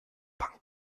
banken